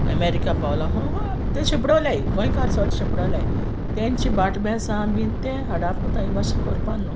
America पावला हूंय हूंय ते शिंपडोलाय गोंयकार सोगले शिंपडोलाय तेंच भाटबेसां बीन ते हाडाप कोताय हे भाशीन कोरपा न्हू